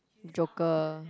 joker